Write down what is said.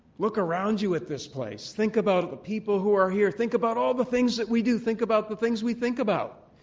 look around you at this place. think about the people who are here. think about all the things that we do. think about the things we think about.